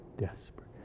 desperate